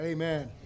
Amen